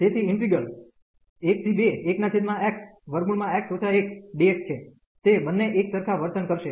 તેથી integral 121xx 1dx છે તે બંને એકસરખા વર્તન કરશે